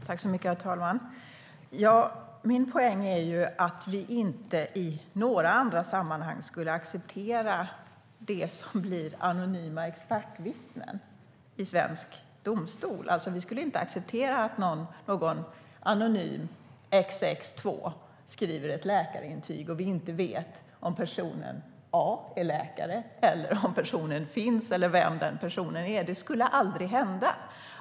Herr talman! Min poäng är ju att vi inte i några andra sammanhang skulle acceptera anonyma expertvittnen i svenska domstolar. Vi skulle inte acceptera att en person skriver ett läkarintyg när vi inte vet om personen är läkare, om personen över huvud taget finns eller vem den personen är. Det skulle aldrig få hända.